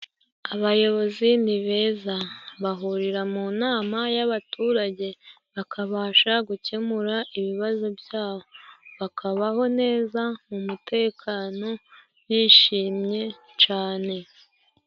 Abayobozi ni beza bahurira mu nama y'abaturage bakabasha gukemura ibibazo byabo, bakabaho neza mu mutekano bishimye cane.